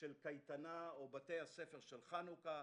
של קייטנה או בתי הספר של חנוכה,